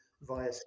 via